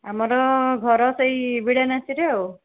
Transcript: ଆମର ଘର ସେଇ ବିଡ଼ାନାସିରେ ଆଉ